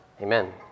Amen